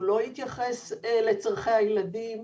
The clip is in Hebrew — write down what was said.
לא יתייחס לצרכי הילדים,